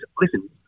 Listen